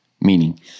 Meaning